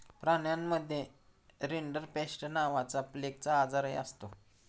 प्राण्यांमध्ये रिंडरपेस्ट नावाचा प्लेगचा आजारही असतो